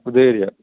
ഉദയഗിരിയാണ്